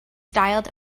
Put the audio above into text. styled